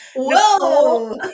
Whoa